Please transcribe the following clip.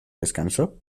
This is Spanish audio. descanso